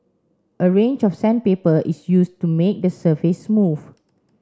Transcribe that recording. a range of sandpaper is used to make the surface smooth